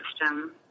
system